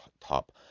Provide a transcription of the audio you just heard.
top